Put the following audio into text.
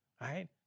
right